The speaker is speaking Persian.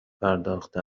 پرداخته